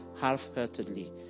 half-heartedly